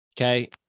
okay